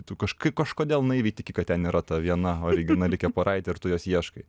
tu kažkaip kažkodėl naiviai tiki kad ten yra ta viena originali kepuraitė ir tu jos ieškai